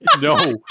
No